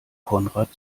konrad